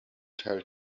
tell